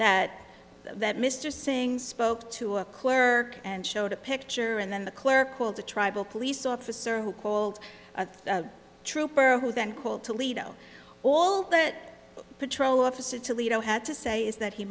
that that mr singh's spoke to a claire and showed a picture and then the clerk called the tribal police officer who called the trooper who then called toledo all that patrol officer toledo had to say is that he